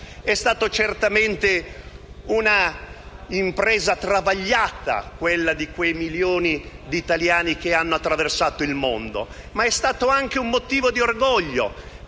È stata certamente un'impresa travagliata, quella di quei milioni di italiani che hanno attraversato il mondo, ma è stato anche motivo di orgoglio,